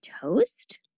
toast